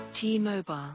T-Mobile